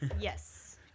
Yes